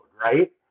right